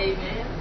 Amen